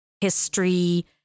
history